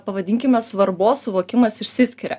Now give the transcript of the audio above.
pavadinkime svarbos suvokimas išsiskiria